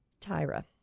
Tyra